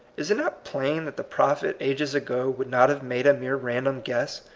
is it not plain that the prophet ages ago would not have made a mere random guess,